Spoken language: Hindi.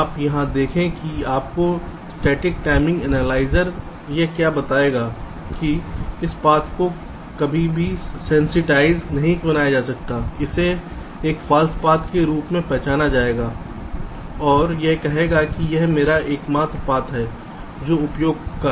आप यहां देखें कि आपका स्टेटिक टाइमिंग एनालाइजर यह क्या बताएगा कि इस पथ को कभी भी सेंसिटाइज नहीं बनाया जा सकता है इसे एक फॉल्स पाथ के रूप में पहचाना जाएगा और यह कहेगा कि यह मेरा एकमात्र पाथ है जो उपयोग का है